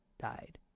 died